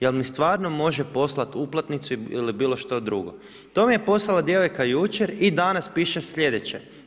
Jel' mi stvarno može poslati uplatnicu ili bilo što drugo?“ To mi je poslala djevojka jučer i danas piše sljedeće.